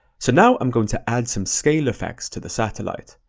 so now i'm going to add some scale effects to the satellite.